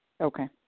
Okay